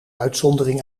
uitzondering